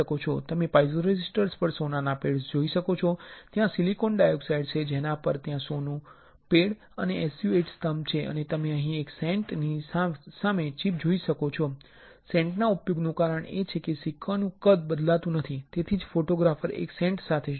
તમે પાઇઝોરેઝિસ્ટર પર સોનાના પેડ્સ જોઈ શકો છો ત્યાં સિલિકોન ડાયોક્સાઇડ છે જેના પર ત્યાં સોનું પેડ છે જે SU 8 સ્તંભ છે અને તમે અહીં એક સેન્ટ ની સામે ચિપ જોઈ શકો છો તે સેન્ટ ના ઉપયોગનું કારણ એ છે કે સિક્કોનું કદ બદલાતું નથી તેથી જ ફોટોગ્રાફ એક સેન્ટ સાથે છે